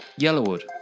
Yellowwood